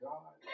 God